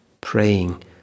praying